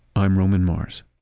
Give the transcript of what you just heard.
i'm roman mars